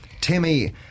timmy